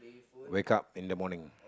wake up in the morning